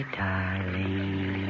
darling